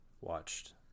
watched